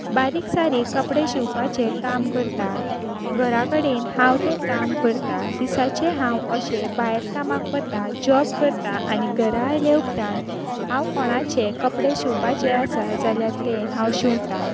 बारीक सारीक कपडे शिंवपाचें काम करता घरा कडेन हांव तें काम करता दिसाचें हांव अशें भायर कामाक वता जॉब करतां आनी घरा आयले उपरांत हांव कोणाचे कपडे शिंवपाचे आसा जाल्यार ते हांव शिंवतां